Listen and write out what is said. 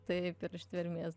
taip ir ištvermės